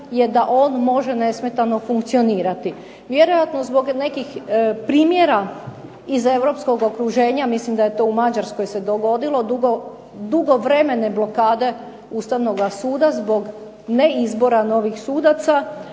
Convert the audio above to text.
je da on može nesmetano funkcionirati. Vjerojatno zbog nekih primjera iz europskog okruženja mislim da je to u Mađarskoj se dogodilo, dugovremene blokade ustavnoga suda zbog neizbora novih sudaca.